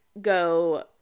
go